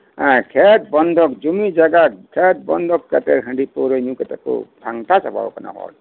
ᱠᱷᱮᱛ ᱵᱚᱱᱫᱷᱚᱠ ᱡᱚᱢᱤ ᱡᱟᱭᱜᱟ ᱠᱷᱮᱛ ᱵᱚᱱᱫᱷᱚᱠ ᱠᱟᱛᱮᱫ ᱦᱟᱺᱰᱤ ᱯᱟᱹᱣᱨᱟᱹ ᱧᱩ ᱠᱟᱛᱮᱫ ᱠᱚ ᱥᱟᱱᱛᱟ ᱪᱟᱵᱟ ᱟᱠᱟᱱᱟ ᱦᱚᱲ